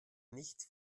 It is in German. nicht